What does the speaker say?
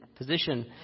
Position